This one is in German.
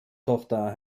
tochter